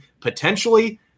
potentially